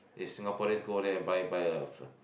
if Singaporean go there buy buy a